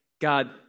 God